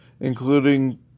including